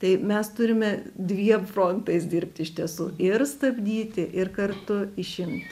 tai mes turime dviem frontais dirbti iš tiesų ir stabdyti ir kartu išimti